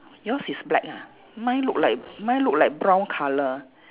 yours is black ah mine look like mine look like brown colour